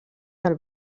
del